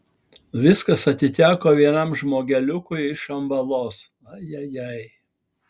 viskas atiteko vienam žmogeliukui iš šambalos ai ai ai